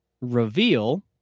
reveal